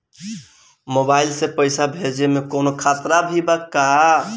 Mobile से पैसा भेजे मे कौनों खतरा भी बा का?